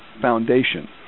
Foundation